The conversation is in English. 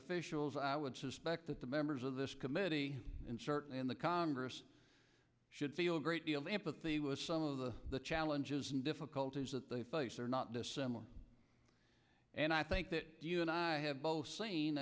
officials i would suspect that the members of this committee and certainly in the congress should feel a great deal of empathy was some of the the challenges and difficulties that they face are not dissimilar and i think that you and i have both seen